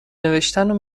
نوشتنو